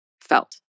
felt